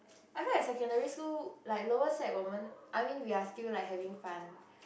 I feel like secondary school like lower sec wo men I mean we are still like having fun